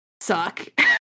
suck